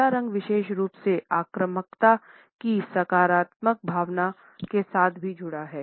कला रंग विशेष रूप से आक्रामकता की सकारात्मक भावना के साथ भी जुड़ा हुआ है